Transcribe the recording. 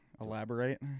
elaborate